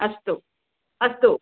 अस्तु अस्तु